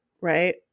right